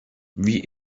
wie